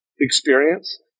experience